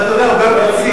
גם מהשיח'.